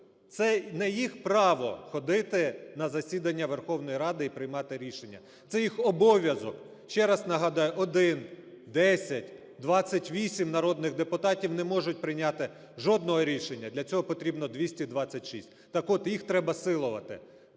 це не їх право – ходити на засідання Верховної Ради і приймати рішення, це їх обов'язок. Ще раз нагадаю, 1, 10, 28 народних депутатів не можуть прийняти жодного рішення, для цього потрібно 226. Так от, їх треба силувати.